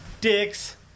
dicks